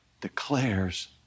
declares